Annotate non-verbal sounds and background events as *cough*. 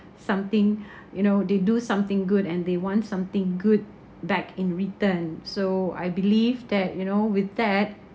something *breath* you know they do something good and they want something good back in return so I believe that you know with that